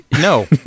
no